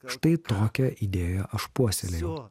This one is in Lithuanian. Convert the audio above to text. štai tokią idėją aš puoselėjau